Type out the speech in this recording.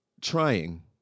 trying